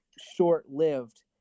short-lived